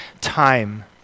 time